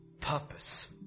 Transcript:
purpose